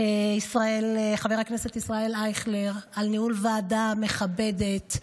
חבר הכנסת ישראל אייכלר על ניהול ועדה מכבדת,